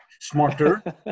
smarter